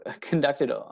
conducted